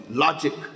logic